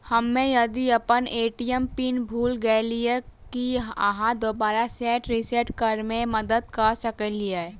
हम्मे यदि अप्पन ए.टी.एम पिन भूल गेलियै, की अहाँ दोबारा सेट रिसेट करैमे मदद करऽ सकलिये?